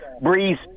breeze